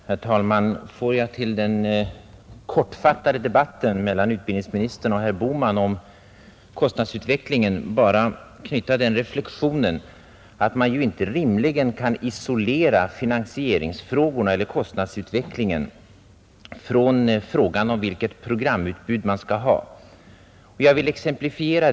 Herr talman! Låt mig till den kortfattade debatten mellan utbildningsministern och herr Bohman om kostnadsutvecklingen bara knyta den reflexionen att man inte rimligen kan isolera finansieringsfrågorna och därmed kostnadsutvecklingen från frågan om vilket programutbud man skall ha.